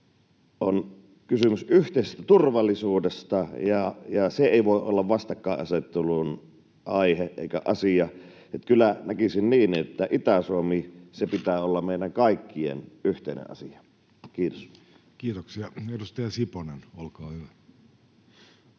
on kysymys yhteisestä turvallisuudesta, ja se ei voi olla vastakkainasettelun aihe eikä asia. Kyllä näkisin niin, että Itä-Suomen pitää olla meidän kaikkien yhteinen asia. — Kiitos. Kiitoksia. — Edustaja Siponen, olkaa hyvä.